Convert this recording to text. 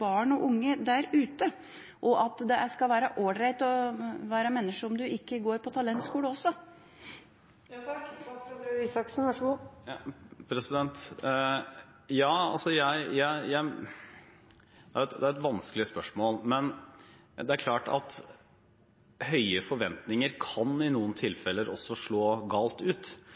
barn og unge der ute – det skal være all right å være menneske om man ikke går på talentskole også. Det var et vanskelig spørsmål, men det er klart at høye forventninger i noen tilfeller også kan slå galt ut, særlig hvis det er